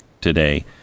today